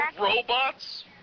robots